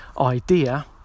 idea